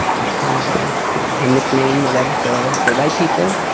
that's kind of a, you know, a nickname whatever for but white people.